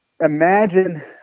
imagine